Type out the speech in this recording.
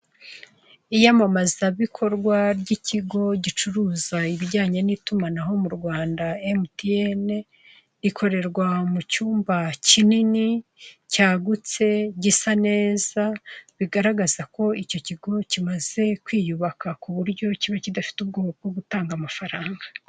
Iyamamaza bikorwa ry'ikigo gicuruza ibijyanye n'itumanaho mu Rwanda emutiyene, rikorerwa mu cyumba kinini, cyagutse, gisa neza. Bigaragaza ko icyo kigo kimaze kwiyubaka kuburyo kiba kidafite ubwoba bwo gutanga amafaranga.